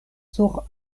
sur